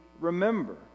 remember